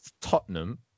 Tottenham